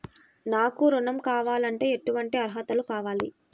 నాకు ఋణం కావాలంటే ఏటువంటి అర్హతలు కావాలి?